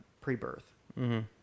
pre-birth